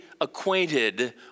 acquainted